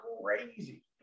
crazy